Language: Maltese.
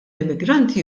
immigranti